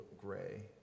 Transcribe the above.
gray